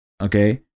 Okay